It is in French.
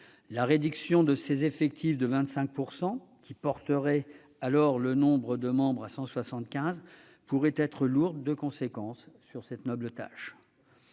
la réduction de ses effectifs de 25 %, qui porterait le nombre de ses membres à 175, pourrait être lourde de conséquences pour cette noble tâche.